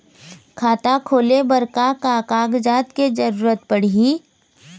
खाता खोले बर का का कागजात के जरूरत पड़ही?